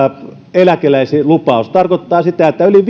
eläkeläislupaus tarkoittaa sitä että yli